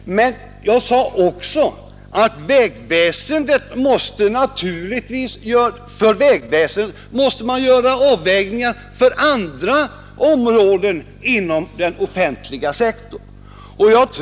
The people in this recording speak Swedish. Men jag sade också att man måste göra avvägningar mellan vägväsendet och andra områden inom den offentliga sektorn.